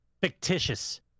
fictitious